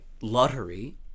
lottery